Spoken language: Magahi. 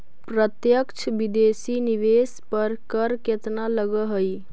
प्रत्यक्ष विदेशी निवेश पर कर केतना लगऽ हइ?